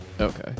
okay